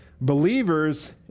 believers